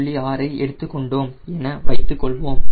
6 ஐ எடுத்துக்கொண்டோம் என வைத்துக்கொள்வோம்